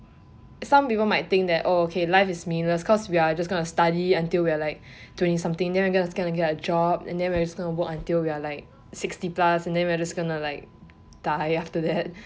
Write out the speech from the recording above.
some people might think that oh okay like life is meaningless because we are just going to study until we are like twenty something then we are just going to get a job and then we are going to work until we are like sixty plus and then we are just going to like die after that